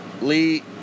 Lee